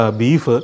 beef